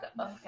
Okay